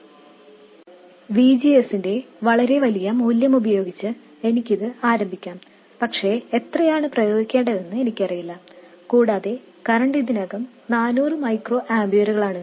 V G S ന്റെ വളരെ വലിയ മൂല്യം ഉപയോഗിച്ച് എനിക്കിത് ആരംഭിക്കാം പക്ഷേ എത്രയാണ് പ്രയോഗിക്കേണ്ടതെന്ന് എനിക്കറിയില്ല കൂടാതെ കറൻറ് ഇതിനകം 400 മൈക്രോ ആമ്പിയറുകളാണ്